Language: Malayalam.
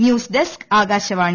news desk Akashvani